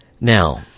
Now